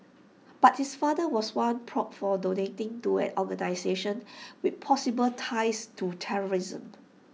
but his father was once probed for donating to an organisation with possible ties to terrorists